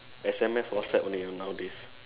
S_M_S WhatsApp only nowadays